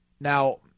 Now